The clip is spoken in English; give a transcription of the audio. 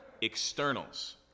externals